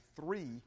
three